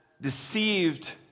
deceived